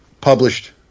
published